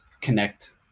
connect